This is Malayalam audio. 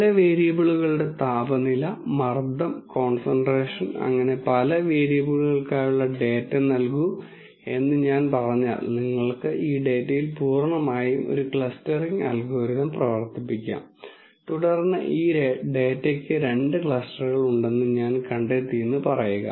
പല വേരിയബിളുകളുടെ താപനില മർദ്ദം കോൺസൺട്രേഷൻ അങ്ങനെ പല വേരിയബിളുകൾക്കായുള്ള ഡാറ്റ നൽകൂ എന്ന് ഞാൻ പറഞ്ഞാൽ നിങ്ങൾക്ക് ഈ ഡാറ്റയിൽ പൂർണ്ണമായും ഒരു ക്ലസ്റ്ററിംഗ് അൽഗോരിതം പ്രവർത്തിപ്പിക്കാം തുടർന്ന് ഈ ഡാറ്റക്ക് രണ്ട് ക്ലസ്റ്ററുകൾ ഉണ്ടെന്ന് ഞാൻ കണ്ടെത്തിയെന്ന് പറയുക